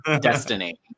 Destiny